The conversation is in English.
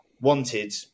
wanted